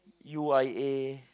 U_I_A